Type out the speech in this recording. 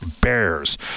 Bears